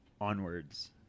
onwards